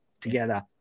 together